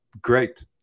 great